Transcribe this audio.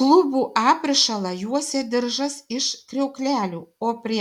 klubų aprišalą juosė diržas iš kriauklelių o prie